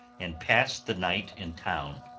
and passed the night in town.